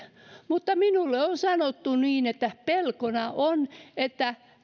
mutta minulle on sanottu että pelkona on että